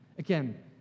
Again